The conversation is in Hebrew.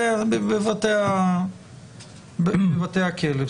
בבתי הכלא.